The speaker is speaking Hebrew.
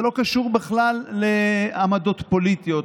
זה לא קשור בכלל לעמדות פוליטיות,